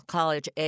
college